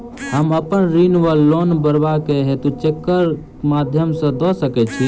हम अप्पन ऋण वा लोन भरबाक हेतु चेकक माध्यम सँ दऽ सकै छी?